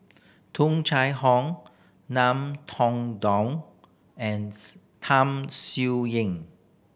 Tung Chye Hong Ngiam Tong Dow and Tham Sien Yen